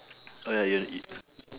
ah ya